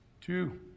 Two